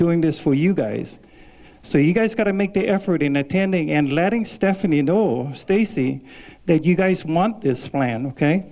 doing this for you guys so you guys got to make the effort in attending and letting stephanie know stacey that you guys want this plan